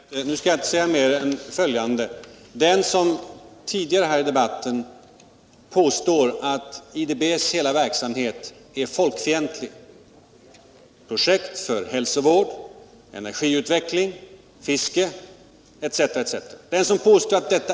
Herr talman! Nu skall jag inte säga mer än följande: Den som i den här debatten påstått att IDB:s hela verksamhet med projekt för hälsovård, energiutveckling, fiske etc.